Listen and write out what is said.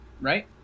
right